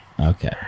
Okay